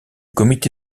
comité